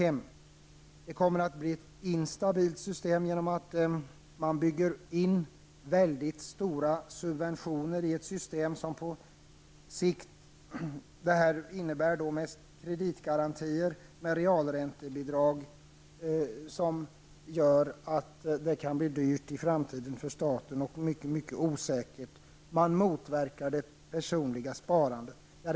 Systemet kommer att bli instabilt, eftersom man bygger in mycket stora subventioner genom kreditgarantier och realräntebidrag. Det kan därför bli dyrt i framtiden för staten och mycket osäkert. Det personliga sparandet motverkas.